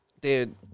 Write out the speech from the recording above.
dude